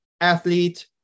athlete